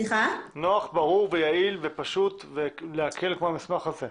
נוח יעיל, ברור ופשוט שבא להקל כמו המסמך הזה.